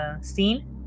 scene